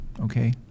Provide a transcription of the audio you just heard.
okay